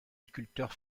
sculpteur